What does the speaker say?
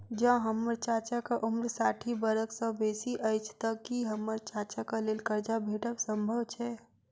जँ हम्मर चाचाक उम्र साठि बरख सँ बेसी अछि तऽ की हम्मर चाचाक लेल करजा भेटब संभव छै?